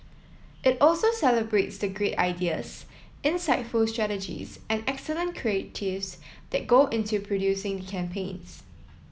it also celebrates the great ideas insightful strategies and excellent creatives that go into producing the campaigns